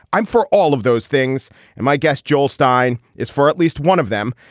i'm for all of those things and my guest joel stein is for at least one of them.